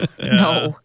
No